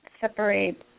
separate